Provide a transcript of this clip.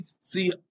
see